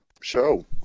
show